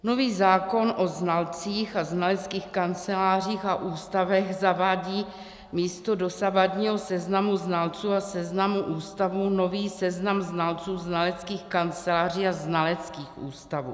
Nový zákon o znalcích a znaleckých kancelářích a ústavech zavádí místo dosavadního seznamu znalců a seznamu ústavů nový seznam znalců, znaleckých kanceláří a znaleckých ústavů.